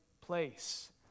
place